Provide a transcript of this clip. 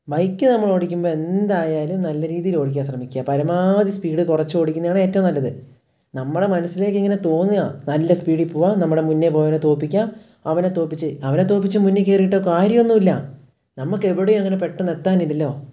bike നമ്മളോടിക്കുമ്പോൾ എന്തായാലും നല്ല രീതിയിൽ ഓടിക്കാൻ ശ്രമിക്കുക പരമാധി സ്പീഡ് കുറച്ച് ഓടിക്കുന്നതാണ് ഏറ്റവും നല്ലത് നമ്മുടെ മനസ്സിലേക്കിങ്ങനെ തോന്നിയാൽ നല്ല സ്പീഡിൽ പോവാം നമ്മുടെ മുന്നേ പോയവനെ തോൽപ്പിക്കാം അവനെ തോപ്പിച്ച് അവനെ തോൽപ്പിച്ച് മുന്നിൽ കയറിയിട്ടോ കാര്യമൊന്നുമില്ല നമുക്കെവിടേയും അങ്ങനെ പെട്ടെന്ന് എത്താനില്ലല്ലോ